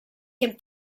can